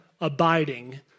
abiding